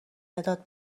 مداد